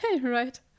Right